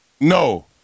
no